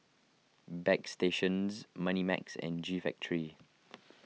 Bagstationz Moneymax and G Factory